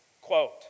quote